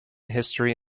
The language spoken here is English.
history